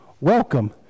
Welcome